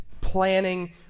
planning